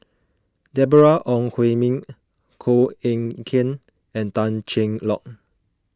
Deborah Ong Hui Min Koh Eng Kian and Tan Cheng Lock